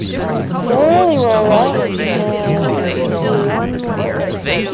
and then slowly roll up and i'm just going to do one last thing.